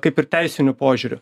kaip ir teisiniu požiūriu